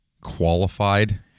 qualified